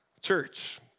church